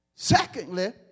Secondly